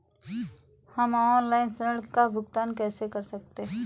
हम ऑनलाइन ऋण का भुगतान कैसे कर सकते हैं?